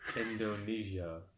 Indonesia